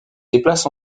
déplace